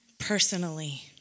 Personally